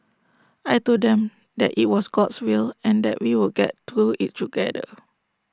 I Told them that IT was God's will and that we would get through IT together